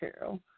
true